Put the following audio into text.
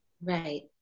Right